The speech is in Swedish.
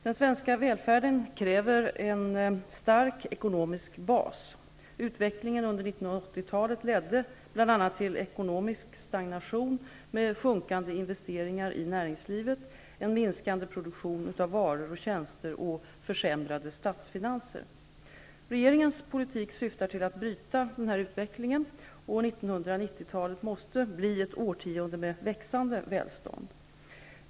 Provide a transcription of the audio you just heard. Den svenska välfärden kräver en stark ekonomisk bas. Utvecklingen under 1980-talet ledde bl.a. till ekonomisk stagnation med sjunkande investeringar i näringslivet, en minskande produktion av varor och tjänster och försämrade statsfinanser. Regeringens politik syftar till att bryta denna utveckling. 1990-talet måste bli ett årtionde med växande välstånd.